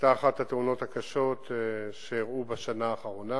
היתה אחת התאונות הקשות שאירעו בשנה האחרונה.